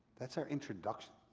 that's our introduction?